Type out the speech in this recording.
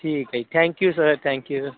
ਠੀਕ ਹੈ ਜੀ thank you sir thank you you